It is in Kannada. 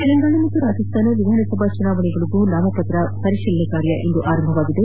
ತೆಲಂಗಾಣ ಮತ್ತು ರಾಜಸ್ಥಾನ ವಿಧಾನಸಭಾ ಚುನಾವಣೆಗಳಿಗೆ ನಾಮಪತ್ರ ಪರಿಶೀಲನೆ ಕಾರ್ಯ ಇಂದು ಆರಂಭವಾಗಿದೆ